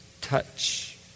Touch